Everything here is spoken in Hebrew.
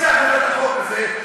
שניסח לך את החוק הזה,